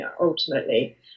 ultimately